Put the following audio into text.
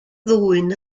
ddwyn